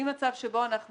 ממצב שבו אנחנו